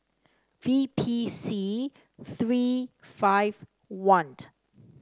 V P C three five one